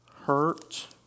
hurt